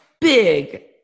big